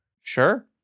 Sure